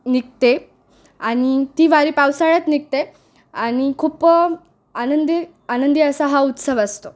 निघते आणि ती वारी पावसाळ्यात निघते आणि खूप आनंदी आनंदी असा हा उत्सव असतो